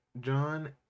John